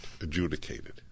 adjudicated